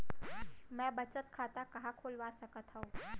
मै बचत खाता कहाँ खोलवा सकत हव?